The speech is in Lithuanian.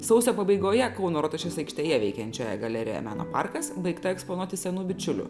sausio pabaigoje kauno rotušės aikštėje veikiančioje galerijoje meno parkas baigta eksponuoti senų bičiulių